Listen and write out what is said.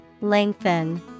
Lengthen